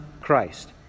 Christ